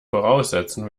voraussetzen